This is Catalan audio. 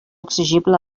exigible